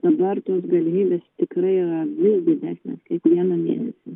dabar tos galimybės tikrai yra vis didesnės kiekvieną mėnesį